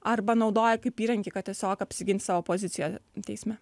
arba naudoja kaip įrankį kad tiesiog apsigint savo poziciją teisme